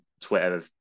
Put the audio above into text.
Twitter